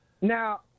Now